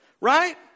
right